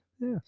Yes